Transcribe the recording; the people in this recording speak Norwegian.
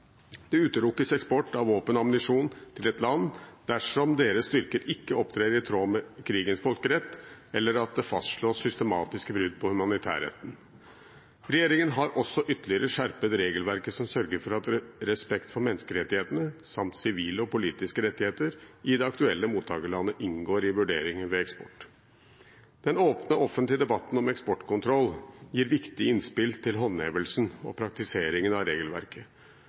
Det utelukkes eksport av våpen og ammunisjon til et land dersom deres styrker ikke opptrer i tråd med krigens folkerett, eller at det fastslås systematiske brudd på humanitærretten. Regjeringen har også ytterligere skjerpet regelverket som sørger for at respekt for menneskerettighetene samt sivile og politiske rettigheter i det aktuelle mottakerlandet inngår i vurderinger ved eksport. Den åpne offentlige debatten om eksportkontroll gir viktige innspill til håndhevelsen og praktiseringen av regelverket.